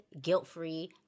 guilt-free